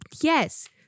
yes